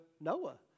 Noah